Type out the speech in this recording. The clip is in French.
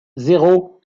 zéro